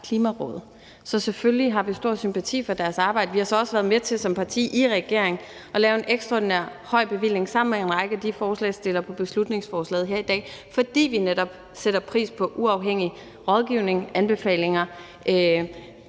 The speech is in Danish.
Klimarådet. Så selvfølgelig har vi stor sympati for deres arbejde. Vi har så også været med til som et parti i regering at lave en ekstraordinært høj bevilling sammen med en række af de forslagsstillere, der er på beslutningsforslaget her i dag, fordi vi netop sætter pris på uafhængig rådgivning og anbefalinger